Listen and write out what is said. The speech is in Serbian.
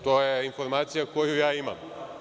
To je informacija koju ja imam.